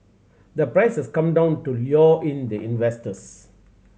the price has come down to lure in the investors